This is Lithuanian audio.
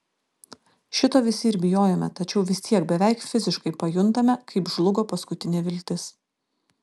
šito visi ir bijojome tačiau vis tiek beveik fiziškai pajuntame kaip žlugo paskutinė viltis